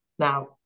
Now